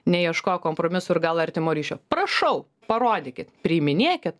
neieškojo kompromisų ir gal artimo ryšio prašau parodykit priiminėkit